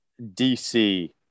DC